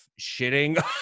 shitting